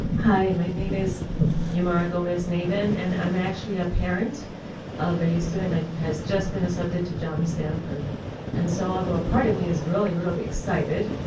hi my name is yomoro mesnaven, and i am actually a parent of a student that has just been accepted to john stanford and so although a part of me is really really excited,